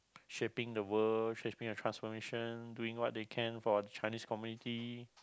shaping the world shaping a transformation doing what they can for the Chinese community